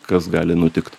kas gali nutikt